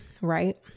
right